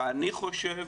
שאני חושב